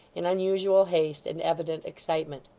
in unusual haste and evident excitement.